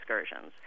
excursions